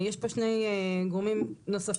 יש פה שני גורמים נוספים,